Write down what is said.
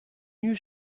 you